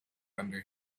under